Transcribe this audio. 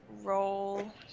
roll